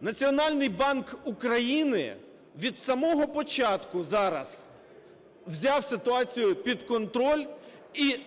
Національний банк України від самого початку зараз взяв ситуацію під контроль, і